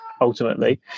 ultimately